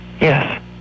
Yes